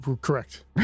Correct